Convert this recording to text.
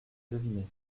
deviné